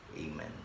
Amen